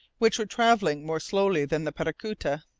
which were travelling more slowly than the paracuta.